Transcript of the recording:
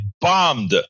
bombed